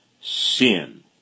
sin